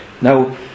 Now